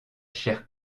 chers